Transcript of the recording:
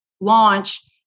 launch